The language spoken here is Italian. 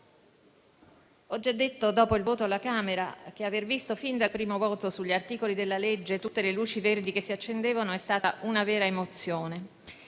Ho già detto, dopo il voto alla Camera, che aver visto, fin dal primo voto sugli articoli della legge, tutte le luci verdi che si accendevano è stata una vera emozione.